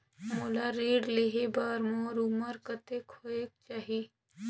मोला ऋण लेहे बार मोर उमर कतेक होवेक चाही?